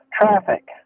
traffic